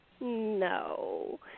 No